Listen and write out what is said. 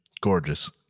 gorgeous